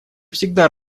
всегда